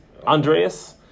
Andreas